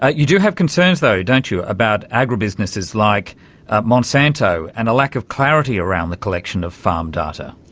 ah you do have concerns though, don't you about agribusinesses like monsanto and a lack of clarity around the collection of farm data.